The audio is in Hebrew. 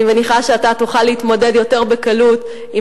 אני מניחה שאתה תוכל להתמודד יותר בקלות עם